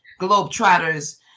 Globetrotters